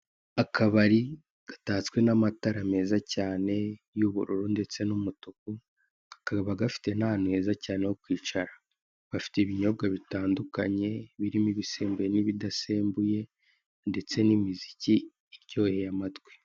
Akabari gatatswe n'amatara meza cyane y'ubururu ndetse n'umutuku, kakaba gafite n'ahantu heza cyane ho kwicara, bafite ibinyobwa bitandukanye, ibisembuye n'ibidasembuye ndetse n'imiziki iryoheye amatwi.